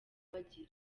bagira